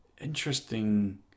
interesting